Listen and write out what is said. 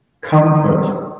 Comfort